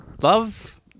love